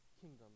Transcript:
kingdom